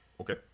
Okay